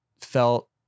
felt